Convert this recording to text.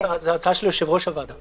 זו הצעה של יושב-ראש הוועדה.